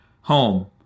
home